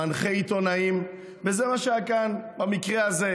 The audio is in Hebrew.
מנחה עיתונאים, וזה מה שהיה גם במקרה הזה.